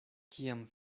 kiam